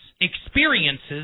experiences